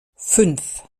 fünf